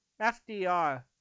FDR